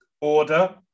order